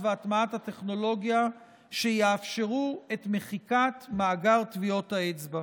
והטמעת הטכנולוגיה שיאפשרו את מחיקת מאגר טביעות האצבע.